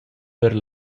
per